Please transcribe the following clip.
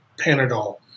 Panadol